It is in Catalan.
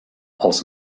els